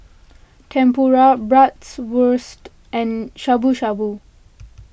Tempura Bratwurst and Shabu Shabu